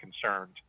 concerned